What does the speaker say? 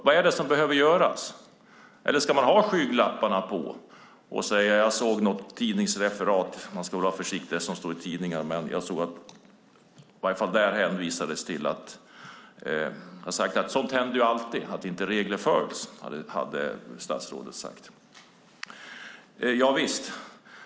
Vad behöver göras? Eller ska man ha skygglapparna på? Jag såg i ett tidningsreferat - man ska vara försiktig med vad som står i tidningarna - att statsrådet hade sagt att det alltid händer att regler inte följs. Visst.